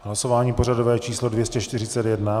Hlasování pořadové číslo 241.